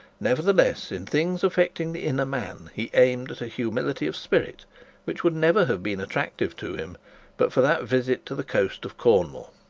nevertheless in things affecting the inner man he aimed at a humility of spirit which would never have been attractive to him but for that visit to the coast of cornwall.